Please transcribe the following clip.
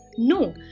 No